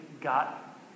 got